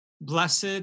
blessed